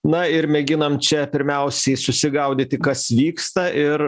na ir mėginam čia pirmiausiai susigaudyti kas vyksta ir